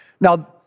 Now